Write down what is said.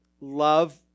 love